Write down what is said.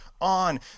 on